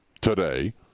today